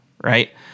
Right